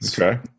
Okay